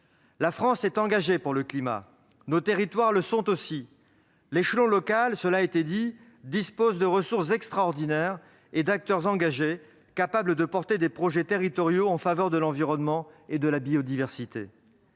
La France est engagée pour le climat. Nos territoires le sont aussi ! L'échelon local dispose de ressources extraordinaires et d'acteurs concernés, capables de porter des projets territoriaux en faveur de l'environnement et de la biodiversité.